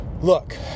Look